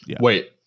Wait